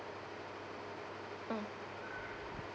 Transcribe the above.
mm